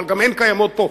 אבל גם הן קיימות פה,